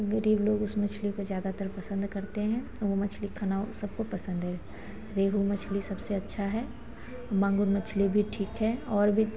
गरीब लोग उस मछली को ज़्यादातर पसंद करते हैं वह मछली खाना सबको पसंद है रेहू मछली सबसे अच्छा है मांगुर मछली भी ठीक है और भी